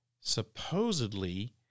supposedly